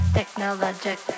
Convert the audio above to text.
Technologic